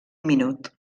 minut